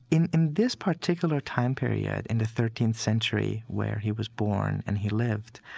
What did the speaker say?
in in this particular time period in the thirteenth century where he was born and he lived,